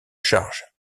charge